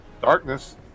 Darkness